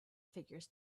figures